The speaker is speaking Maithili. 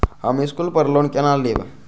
हम स्कूल पर लोन केना लैब?